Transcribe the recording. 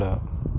the